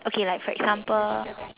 okay like for example